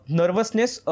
nervousness